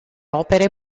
opere